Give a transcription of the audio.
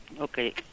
Okay